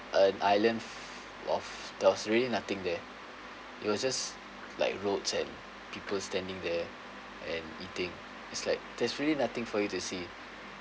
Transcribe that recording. an island f~ of there was really nothing there it was just like roads and people standing there and eating is like there's really nothing for you to see